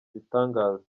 ibitangaza